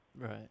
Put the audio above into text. Right